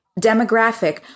demographic